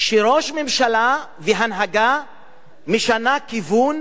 שראש ממשלה והנהגה משנה כיוון